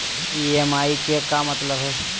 EMI के का मतलब हई?